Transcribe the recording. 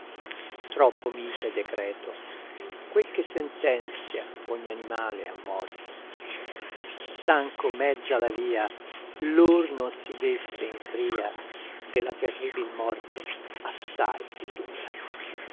troppo mite decreto quel che sentenzia ogni animale a morte s'anco mezza la via lor non si desse in pria della terribil morte assai più dura